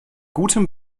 gutem